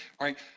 right